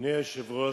אדוני היושב-ראש,